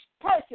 person